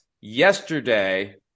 yesterday